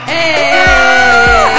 Hey